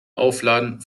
aufladen